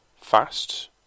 fast